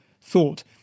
thought